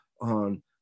on